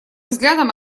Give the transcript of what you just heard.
взглядом